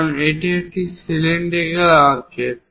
কারণ এটি একটি সিলিন্ডিকাল অবজেক্ট